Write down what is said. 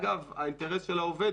האינטרס של העובד,